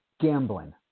gambling